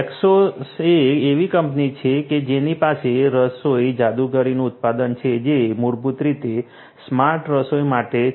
એસ્કેસો એ એવી કંપની છે કે જેની પાસે રસોઈ જાદુગરીનું ઉત્પાદન છે જે મૂળભૂત રીતે સ્માર્ટ રસોઈ માટે છે